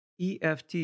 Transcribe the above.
EFT